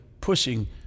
pushing